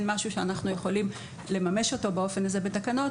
משהו שאנחנו יכולים לממש אותו באופן הזה בתקנות,